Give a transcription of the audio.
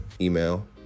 email